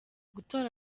gutora